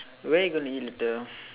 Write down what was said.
where are you going to eat later